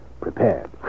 prepared